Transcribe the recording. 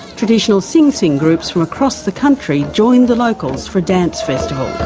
traditional sing sing groups from across the country joined the locals for dance festival.